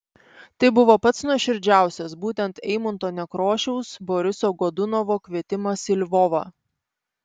tai buvo pats nuoširdžiausias būtent eimunto nekrošiaus boriso godunovo kvietimas į lvovą